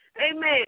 Amen